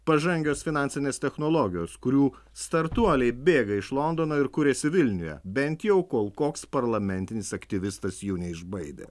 pažangios finansinės technologijos kurių startuoliai bėga iš londono ir kuriasi vilniuje bent jau kol koks parlamentinis aktyvistas jų neišbaidė